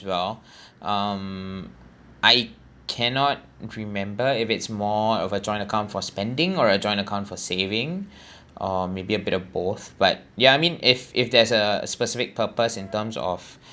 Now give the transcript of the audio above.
well um I cannot remember if it's more of a joint account for spending or a joint account for saving or maybe a bit of both but yeah I mean if if there's a specific purpose in terms of